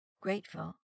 Grateful